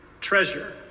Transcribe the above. treasure